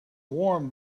warm